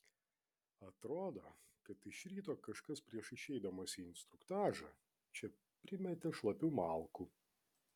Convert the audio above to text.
atrodo kad iš ryto kažkas prieš išeidamas į instruktažą čia primetė šlapių malkų